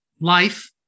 life